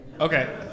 Okay